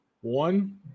one